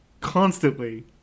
constantly